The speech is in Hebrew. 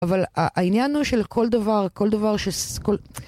אבל העניין הוא של כל דבר, כל דבר ש...